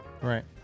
Right